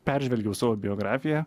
peržvelgiau savo biografiją